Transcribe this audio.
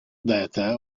data